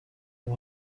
خوب